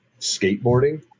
skateboarding